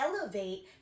elevate